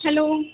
hello